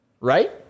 right